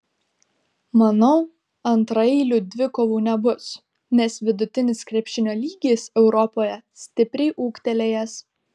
manau antraeilių dvikovų nebus nes vidutinis krepšinio lygis europoje stipriai ūgtelėjęs